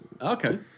okay